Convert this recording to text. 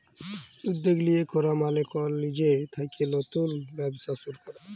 উদ্যগ লিয়ে ক্যরা মালে কল লিজে থ্যাইকে লতুল ব্যবসা শুরু ক্যরা